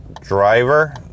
driver